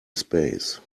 space